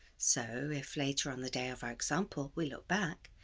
so if, later on the day of our example, we look back,